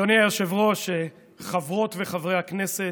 אדוני היושב-ראש, חברות וחברי הכנסת,